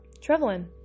Traveling